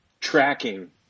tracking